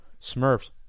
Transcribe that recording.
Smurfs